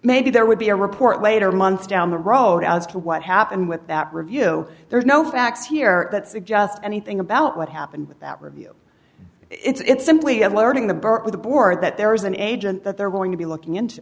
maybe there would be a report later months down the road as to what happened with that review there's no facts here that suggest anything about what happened with that review it's simply alerting the bar or the board that there is an agent that they're going to be looking into